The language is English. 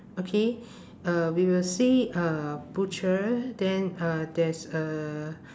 okay uh we will see a butcher then uh there's a